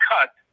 cut